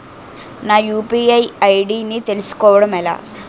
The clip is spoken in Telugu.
నా యు.పి.ఐ ఐ.డి ని తెలుసుకోవడం ఎలా?